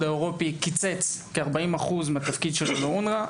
האירופי קיצץ כ-40% מהתקציב שלו לאונר״א.